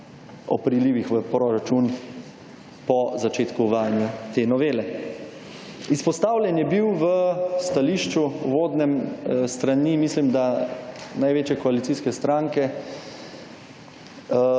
o prilivih v proračun po začetku uvajanja te novele. Izpostavljen je bil v stališču, uvodnem, s strani mislim da največje koalicijske stranke